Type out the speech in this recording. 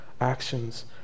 actions